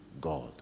God